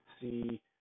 see